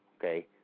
Okay